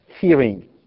hearing